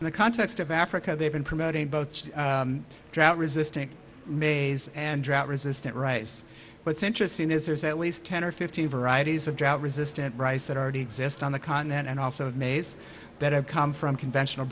in the context of africa they've been promoting both drought resistant maize and drought resistant rice what's interesting is there's at least ten or fifteen varieties of drought resistant rice that already exist on the continent and also of maize better come from conventional